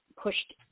pushed